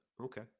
okay